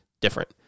different